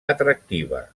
atractiva